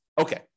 Okay